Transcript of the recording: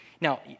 Now